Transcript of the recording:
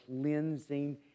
cleansing